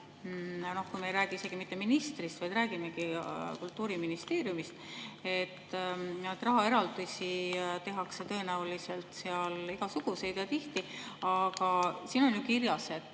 Me ei räägi isegi mitte ministrist, vaid räägimegi Kultuuriministeeriumist. Rahaeraldisi tehakse tõenäoliselt seal igasuguseid ja tihti. Aga siin on ju kirjas,